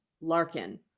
Larkin